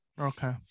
okay